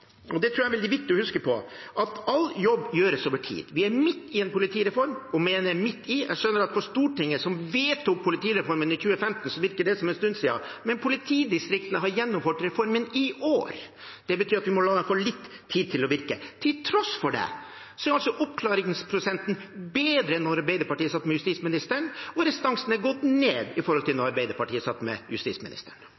og dette tror jeg det er veldig viktig å huske på – at all jobb gjøres over tid. Vi er midt i en politireform, og da mener jeg midt i. Jeg skjønner at for Stortinget, som vedtok politireformen i 2015, virker det som en stund siden, men politidistriktene har gjennomført reformen i år. Det betyr at vi må la den få litt tid til å virke. Til tross for dette er oppklaringsprosenten høyere enn da Arbeiderpartiet satt med justisministeren, og restansen har gått ned i forhold til